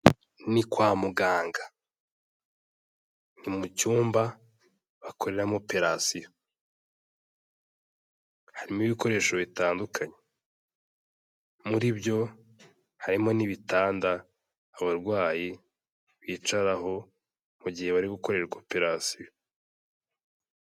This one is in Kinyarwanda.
Ni kwa muganga, ni mu cyumba bakoreramo operation, harimo ibikoresho bitandukanye, muri byo harimo n'ibitanda abarwayi bicaraho mu gihe bari gukorerwa operation.